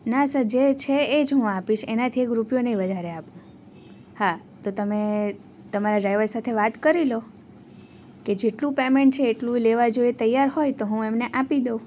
ના સર જે છે એ જ હું અપીશ એનાથી એક રૂપિયો નહીં વધારે આપું હા તો તમે તમારા ડ્રાઈવર સાથે વાત કરી લો કે જેટલું પેમેન્ટ છે એટલું એ લેવા જો એ તૈયાર હોય તો હું એમને આપી દઉં